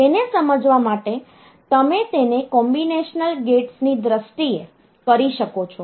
તેને સમજવા માટે તમે તેને કોમ્બિનેશનલ ગેટ્સની દ્રષ્ટિએ કરી શકો છો